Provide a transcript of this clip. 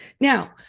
Now